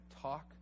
talk